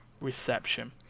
reception